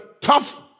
tough